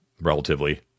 relatively